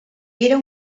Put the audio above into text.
era